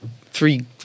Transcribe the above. three